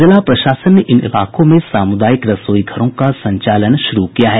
जिला प्रशासन ने इन इलाकों में सामुदायिक रसोई घरों का संचालन शुरू किया है